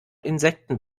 insekten